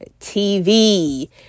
TV